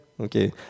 Okay